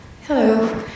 Hello